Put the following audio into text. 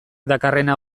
dakarrena